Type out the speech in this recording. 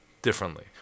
Differently